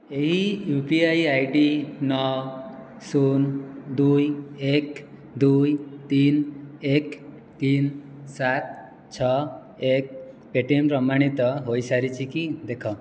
ଏହି U P I I D ନଅ ଶୁନ ଦୁଇ ଏକ ଦୁଇ ତିନି ଏକ ତିନି ସାତ ଛଅ ଏକ ପେଟିଏମ୍ ପ୍ରମାଣିତ ହୋଇସାରିଛି କି ଦେଖ